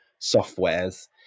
softwares